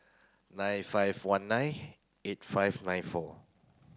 nine five one nine eight five nine four